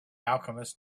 alchemist